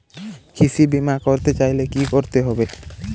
কৃষি বিমা করতে চাইলে কি করতে হবে?